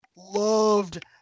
Loved